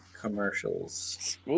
commercials